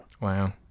Wow